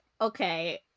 okay